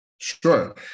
sure